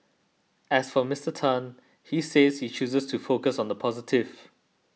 as for Mister Tan he says he chooses to focus on the positive